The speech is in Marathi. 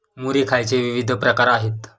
मुरी खायचे विविध प्रकार आहेत